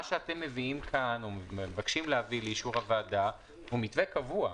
מה שאתם מבקשים להביא לאישור הוועדה הוא מתווה קבוע.